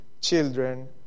children